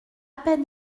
peine